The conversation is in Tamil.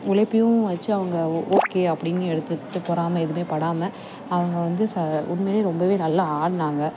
உழைப்பையும் வச்சு அவங்க ஓகே அப்படினு எடுத்துக்கிட்டு பொறாமை எதுவுமே படாமல் அவங்க வந்து ச உண்மையில் ரொம்பவே நல்லா ஆடுனாங்க